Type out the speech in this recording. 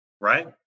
Right